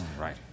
Right